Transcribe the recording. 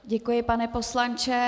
Děkuji, pane poslanče.